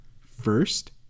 first